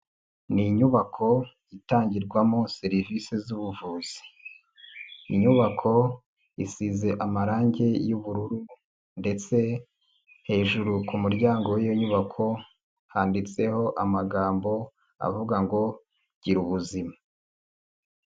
Ni inyubako itangirwamo serivisi z'ubuvuzi, inyubako isize amarangi y'ubururu ndetse hejuru ku muryango w'inyubako handitseho amagambo avuga ngo gira ubuzima.